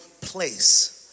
place